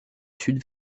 sud